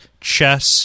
chess